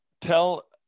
tell